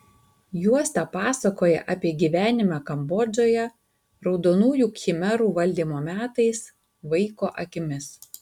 juosta pasakoja apie gyvenimą kambodžoje raudonųjų khmerų valdymo metais vaiko akimis